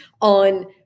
on